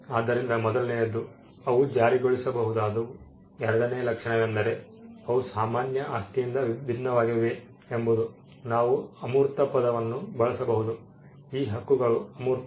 ಆದ್ದರಿಂದ ಮೊದಲನೆಯದು ಅವು ಜಾರಿಗೊಳಿಸಬಹುದಾದವು ಎರಡನೆಯ ಲಕ್ಷಣವೆಂದರೆ ಅವು ಸಾಮಾನ್ಯ ಆಸ್ತಿಯಿಂದ ಭಿನ್ನವಾಗಿವೆ ಎಂಬುದು ನಾವು ಅಮೂರ್ತ ಪದವನ್ನು ಬಳಸಬಹುದು ಈ ಹಕ್ಕುಗಳು ಅಮೂರ್ತ